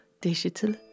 digital